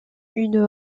une